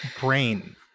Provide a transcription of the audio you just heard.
brain